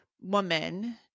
woman